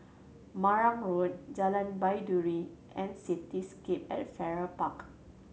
Marang Road Jalan Baiduri and Cityscape at Farrer Park